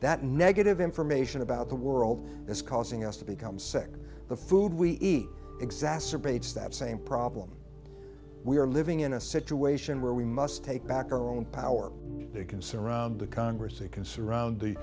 that negative information about the world is causing us to become sick the food we eat exacerbates that same problem we are living in a situation where we must take back our own power they can surround the congress they can surround the